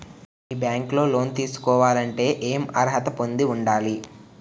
మీ bank లో loan తీసుకోవాలంటే ఎం అర్హత పొంది ఉండాలి?